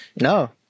No